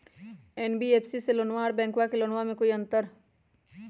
NBFC से लोनमा आर बैंकबा से लोनमा ले बे में कोइ अंतर?